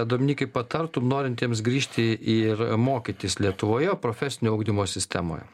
dominykai patartum norintiems grįžti ir mokytis lietuvoje profesinio ugdymo sistemoje